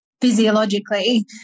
physiologically